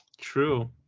True